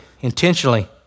intentionally